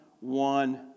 one